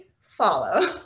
follow